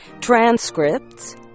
Transcripts